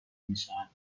میشوند